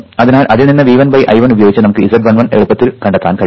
അതിനാൽ അതിൽ നിന്ന് V1 I1 ഉപയോഗിച്ച് Z11 നമുക്ക് എളുപ്പത്തിൽ കാണാം